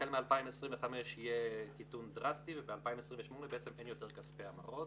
החל מ-2025 יהיה קיטון דרסטי וב-2028 בעצם אין יותר כספי המרות.